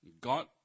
God